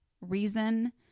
reason